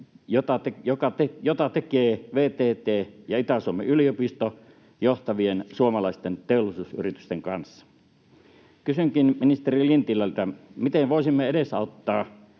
jota tekevät VTT ja Itä-Suomen yliopisto johtavien suomalaisten teollisuusyritysten kanssa. Kysynkin ministeri Lintilältä: Miten voisimme edesauttaa